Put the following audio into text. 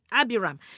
Abiram